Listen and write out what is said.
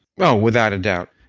oh, without a doubt.